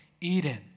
Eden